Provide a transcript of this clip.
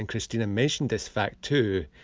um christina mentioned this fact too,